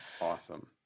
Awesome